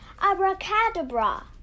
Abracadabra